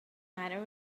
matter